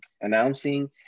announcing